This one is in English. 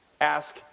ask